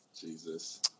Jesus